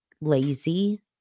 lazy